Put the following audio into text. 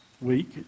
week